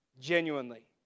genuinely